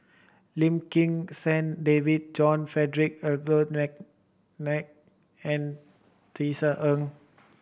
Lim Kim San David John Frederick Adolphus McNair and Tisa Ng